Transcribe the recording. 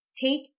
Take